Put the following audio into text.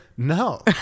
No